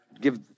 give